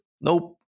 nope